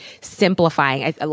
simplifying